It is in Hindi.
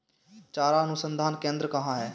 चारा अनुसंधान केंद्र कहाँ है?